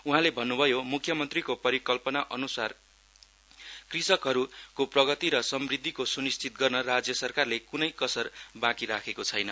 उहाँले भन्न्भयो म्ख्यमन्त्रीको परिकल्पना अनुरूप कृषकहरूको प्रगति र समृद्विको सुनिश्चित गर्न राज्य सरकारले कुनै कसर बाँकी राखेको छैन